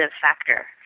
factor